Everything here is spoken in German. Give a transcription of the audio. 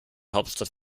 hauptstadt